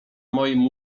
moim